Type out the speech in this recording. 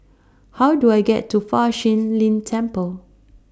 How Do I get to Fa Shi Lin Temple